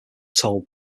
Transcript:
told